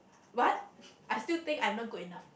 but I still think I'm not good enough